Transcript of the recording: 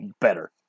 better